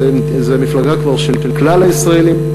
זאת כבר מפלגה של כלל הישראלים.